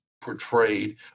portrayed